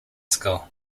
school